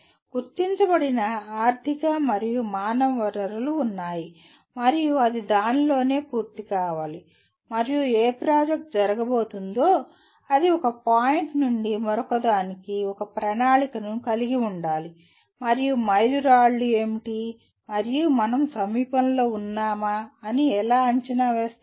గుర్తించబడిన ఆర్థిక మరియు మానవ వనరులు ఉన్నాయి మరియు అది దానిలోనే పూర్తి కావాలి మరియు ఏ ప్రాజెక్ట్ జరగబోతుందో అది ఒక పాయింట్ నుండి మరొకదానికి ఒక ప్రణాళికను కలిగి ఉండాలి మరియు మైలురాళ్ళు ఏమిటి మరియు మనం సమీపంలో ఉన్నామా అని ఎలా అంచనా వేస్తాము